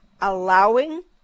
allowing